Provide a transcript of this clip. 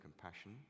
compassion